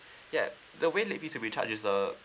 ya the way late fee to be charges uh